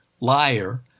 liar